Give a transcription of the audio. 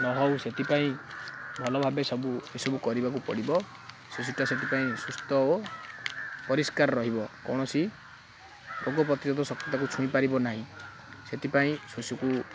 ନହେଉ ସେଥିପାଇଁ ଭଲ ଭାବେ ସବୁ ଏସବୁ କରିବାକୁ ପଡ଼ିବ ଶଶୁଟା ସେଥିପାଇଁ ସୁସ୍ଥ ଓ ପରିଷ୍କାର ରହିବ କୌଣସି ରୋଗ ପ୍ରତିରୋଧ ଶକ୍ତି ତାକୁ ଛୁଇଁ ପାରିବ ନାହିଁ ସେଥିପାଇଁ ଶଶୁକୁ